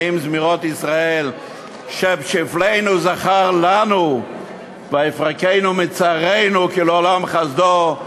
נעים זמירות ישראל: "שבשפלנו זכר לנו ויפרקנו מצרינו כי לעולם חסדו".